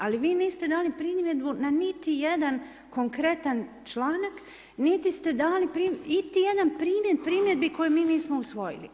Ali vi niste dali primjedbu na niti jedan konkretan članak niti ste dali iti jedan primjer primjedbi koje mi nismo usvojili.